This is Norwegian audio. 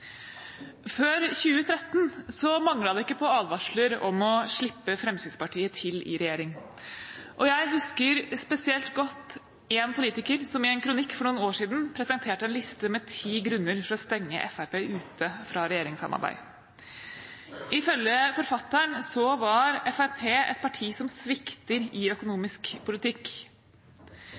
Før 2013 manglet det ikke på advarsler om å slippe Fremskrittspartiet til i regjering. Jeg husker spesielt godt en politiker som i en kronikk for noen år siden presenterte en liste med ti grunner til å stenge Fremskrittspartiet ute fra regjeringssamarbeid. Ifølge forfatteren var Fremskrittspartiet et parti som svikter i økonomisk politikk.